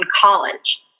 college